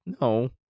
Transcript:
no